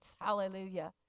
hallelujah